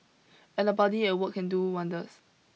and a buddy at work can do wonders